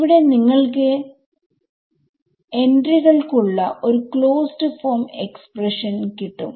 ഇവിടെ നിങ്ങൾക്ക് എന്റ്റികൾക്ക് ഉള്ള ഒരു ക്ലോസ്ഡ് ഫോം എക്സ്പ്രഷൻ കിട്ടും